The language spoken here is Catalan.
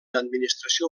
administració